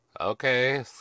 Okay